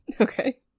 Okay